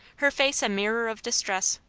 her face a mirror of distress.